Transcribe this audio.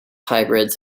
hybrids